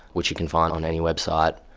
which you can find on any website,